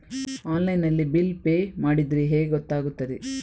Online ನಲ್ಲಿ bill pay ಮಾಡಿದ್ರೆ ಹೇಗೆ ಗೊತ್ತಾಗುತ್ತದೆ?